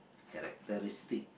characteristic